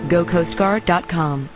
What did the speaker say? GoCoastGuard.com